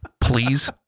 Please